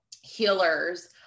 healers